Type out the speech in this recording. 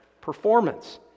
performance